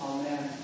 Amen